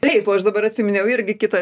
taip o aš dabar atsiminiau irgi kitą